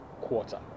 quarter